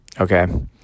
okay